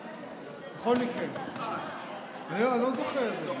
בכל מקרה, אני לא זוכר את זה.